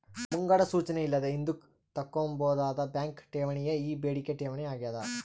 ಮುಂಗಡ ಸೂಚನೆ ಇಲ್ಲದೆ ಹಿಂದುಕ್ ತಕ್ಕಂಬೋದಾದ ಬ್ಯಾಂಕ್ ಠೇವಣಿಯೇ ಈ ಬೇಡಿಕೆ ಠೇವಣಿ ಆಗ್ಯಾದ